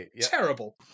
terrible